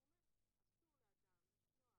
אתם תדאגו לניסוח.